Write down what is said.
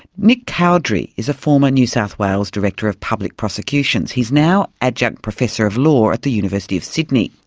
nick cowdery is a former new south wales director of public prosecutions. he's now adjunct professor of law at the university of sydney.